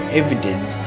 evidence